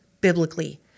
biblically